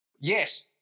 Yes